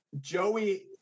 Joey